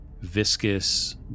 viscous